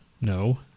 No